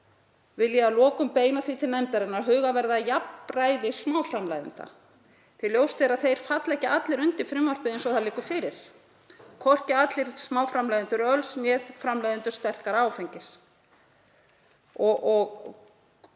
vil ég að lokum beina því til nefndarinnar að huga að jafnræði smáframleiðenda því ljóst er að þeir falla ekki allir undir frumvarpið eins og það liggur fyrir, hvorki allir smáframleiðendur öls né framleiðendur sterkara áfengis